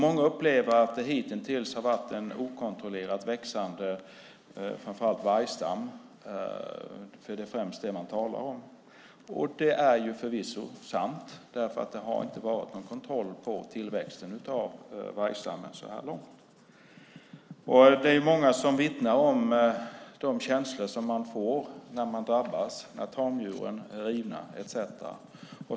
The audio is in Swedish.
Många upplever att det hitintills funnits en okontrollerat växande framför allt vargstam. Det är främst det man talar om. Det är förvisso sant därför att det inte har varit någon kontroll på tillväxten av vargstammen så här långt. Det är många som vittnar om känslorna när de drabbas, när tamdjuren har rivits etcetera.